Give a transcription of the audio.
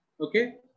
okay